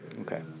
Okay